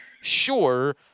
sure